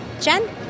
Jen